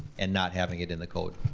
and not having it in the code.